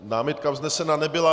Námitka vznesena nebyla.